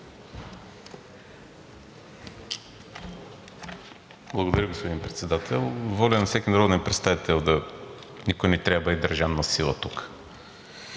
Благодаря, господин Председател. Воля на всеки народен представител, никой не трябва да бъде държан насила тук.